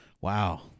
Wow